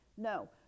No